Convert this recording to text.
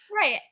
right